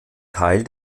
teil